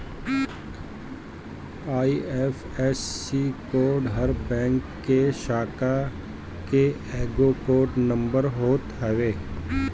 IFSC code हर bank के शाखा के एगो कोड नंबर होत हवे